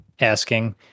asking